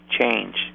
change